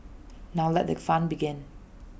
now let the fun begin